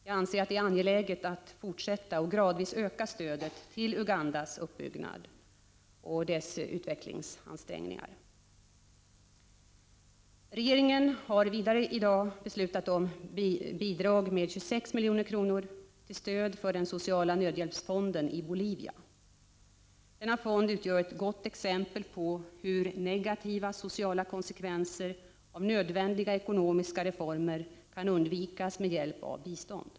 Jag anser att det är angeläget att fortsätta och gradvis öka stödet till Ugandas återuppbyggnad och utvecklingsansträngningar. Regeringen har vidare i dag beslutat om bidrag med 26 milj.kr. till stöd för den sociala nödhjälpsfonden i Bolivia. Denna fond utgör ett gott exempel på hur negativa sociala konsekvenser av nödvändiga ekonomiska reformer kan undvikas med hjälp av bistånd.